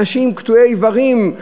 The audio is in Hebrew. אנשים קטועי איברים,